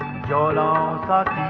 da da